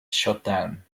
shutdown